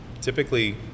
typically